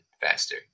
faster